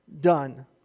done